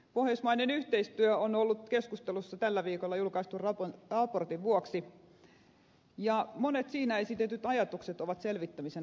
pohjoismainen yhteistyö on ollut keskustelussa tällä viikolla julkaistun raportin vuoksi ja monet siinä esitetyt ajatukset ovat selvittämisen arvoisia